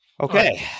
Okay